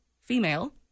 female